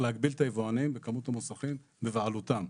להגביל את היבואנים וכמות המוסכים בבעלותם.